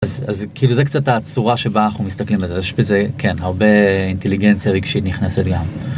אז כאילו זה קצת הצורה שבה אנחנו מסתכלים על זה, יש בזה, כן, הרבה אינטליגנציה רגשית נכנסת גם.